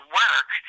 work